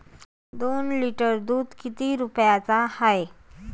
दोन लिटर दुध किती रुप्याचं हाये?